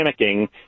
panicking